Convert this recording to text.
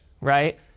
right